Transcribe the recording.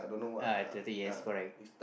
uh athletic yes correct